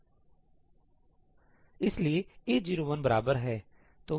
इसलिए A01बराबर है